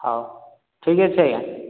ହଉ ଠିକ୍ ଅଛି ଆଜ୍ଞା